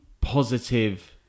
positive